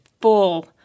full